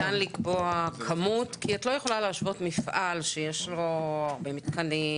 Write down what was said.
לא ניתן לקבוע כמות כי את לא יכולה להשוות מפעל שיש לו הרבה מתקנים,